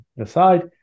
aside